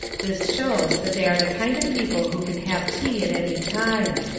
this shows that they are the kind of people who can have tea at any time.